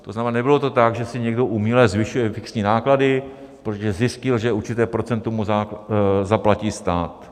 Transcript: To znamená, nebylo to tak, že si někdo uměle zvyšuje fixní náklady, protože zjistil, že určité procento mu zaplatí stát.